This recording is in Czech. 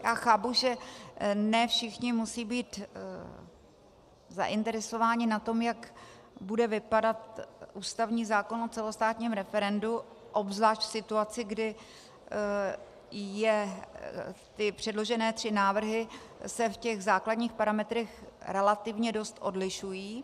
Já chápu, že ne všichni musí být zainteresováni na tom, jak bude vypadat ústavní zákon o celostátním referendu, obzvlášť v situaci, kdy předložené tři návrhy se v těch základních parametrech relativně dost odlišují.